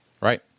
Right